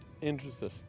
interested